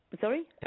Sorry